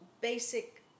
basic